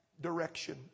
direction